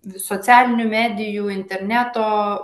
vi socialinių medijų interneto